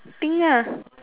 think lah